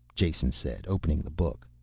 jason said, opening the book.